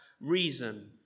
reason